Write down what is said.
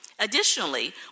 Additionally